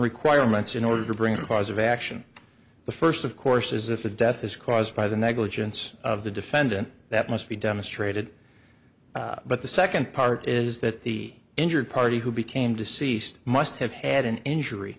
requirements in order to bring a cause of action the first of course is that the death is caused by the negligence of the defendant that must be demonstrated but the second part is that the injured party who became deceased must have had an injury